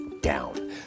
down